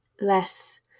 Less